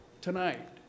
tonight